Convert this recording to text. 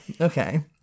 okay